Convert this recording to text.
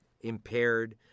impaired